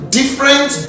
different